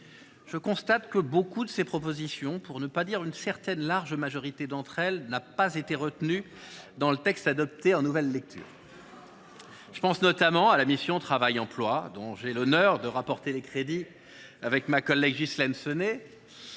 Je constate que beaucoup de ces propositions, pour ne pas dire une large majorité d’entre elles, n’ont pas été retenues dans le texte adopté en nouvelle lecture. C’est un euphémisme ! Je pense notamment à la mission « Travail et emploi », dont j’ai eu l’honneur de rapporter les crédits avec ma collègue Ghislaine Senée.